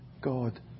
God